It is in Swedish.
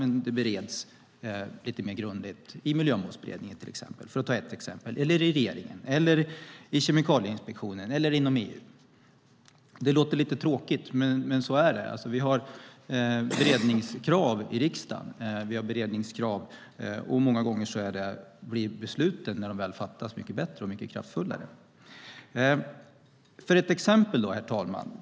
Men dessa frågor bereds lite mer grundligt till exempel i Miljömålsberedningen, i regeringen, i Kemikalieinspektionen eller inom EU. Det låter lite tråkigt, men så är det. Vi har beredningskrav i riksdagen, och många gånger blir besluten när de väl fattas mycket bättre och mycket kraftfullare. Herr talman! Jag ska ge ett exempel.